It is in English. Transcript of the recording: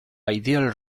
ideal